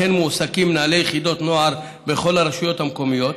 אכן מועסקים מנהלי יחידות נוער בכל הרשויות המקומיות,